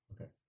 Okay